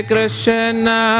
Krishna